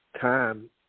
time